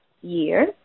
year